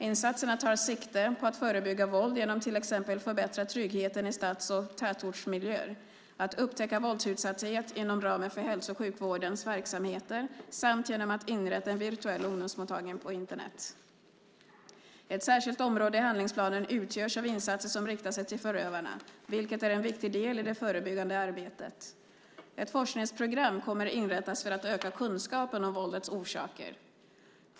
Insatserna tar sikte på att förebygga våld genom att till exempel förbättra tryggheten i stads och tätortsmiljöer, att upptäcka våldsutsatthet inom ramen för hälso och sjukvårdens verksamheter samt genom att inrätta en virtuell ungdomsmottagning på Internet. Ett särskilt område i handlingsplanen utgörs av insatser som riktar sig till förövarna, vilket är en viktig del i det förebyggande arbetet. Ett forskningsprogram kommer att inrättas för att öka kunskapen om våldets orsaker.